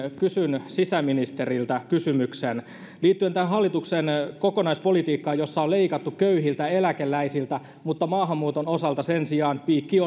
kysyn sisäministeriltä kysymyksen liittyen tähän hallituksen kokonaispolitiikkaan jossa on leikattu köyhiltä eläkeläisiltä mutta maahanmuuton osalta sen sijaan piikki